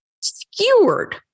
skewered